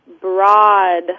broad